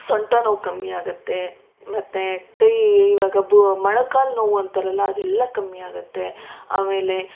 ಸೊಂಟ ನೋವು ಕಡಿಮೆ ಆಗುತ್ತೆ ಮತ್ತು ಕೈ ಇವಾಗ ಮೊಣಕಾಲು ನೋವು ಅಂತಾರಲ್ಲ ಅದೆಲ್ಲ ಕಮ್ಮಿ ಆಗುತ್ತೆ ಆಮೇಲೆ